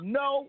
no